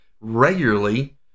regularly